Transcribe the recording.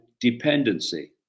dependency